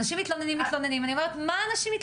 אנשים מתלוננים, ואני שואלת למה?